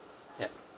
ya